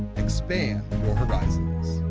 expand your horizons